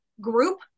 group